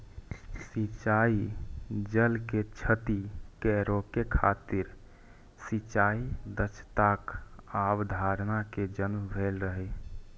सिंचाइ जल के क्षति कें रोकै खातिर सिंचाइ दक्षताक अवधारणा के जन्म भेल रहै